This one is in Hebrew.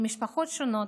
למשפחות שונות.